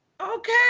Okay